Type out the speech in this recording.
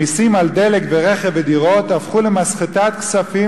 המסים על דלק ורכב ודירות הפכו למסחטת כספים